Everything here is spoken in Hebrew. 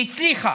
היא הצליחה,